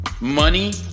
Money